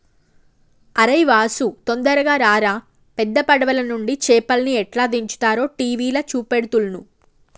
అరేయ్ వాసు తొందరగా రారా పెద్ద పడవలనుండి చేపల్ని ఎట్లా దించుతారో టీవీల చూపెడుతుల్ను